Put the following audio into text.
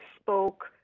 spoke